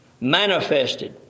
manifested